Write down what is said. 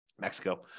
Mexico